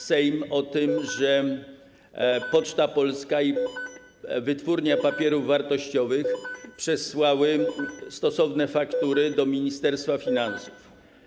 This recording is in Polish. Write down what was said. Sejm o tym, że Poczta Polska i Polska Wytwórnia Papierów Wartościowych przesłały stosowne faktury do Ministerstwa Finansów.